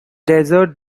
desert